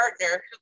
partner